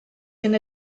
fydd